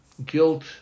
guilt